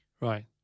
right